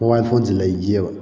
mobile ꯐꯣꯟꯁꯤ ꯂꯩꯈꯤꯑꯕ